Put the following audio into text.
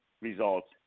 results